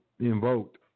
invoked